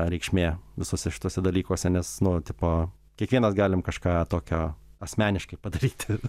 reikšmė visuose šiuose dalykuose nes nu tipo kiekvienas galim kažką tokio asmeniškai padaryti